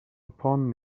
upon